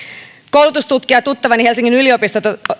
koulutustutkijatuttavani helsingin yliopistosta